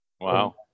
Wow